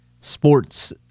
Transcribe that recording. Sports